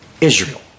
Israel